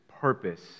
purpose